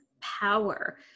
power